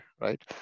right